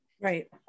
Right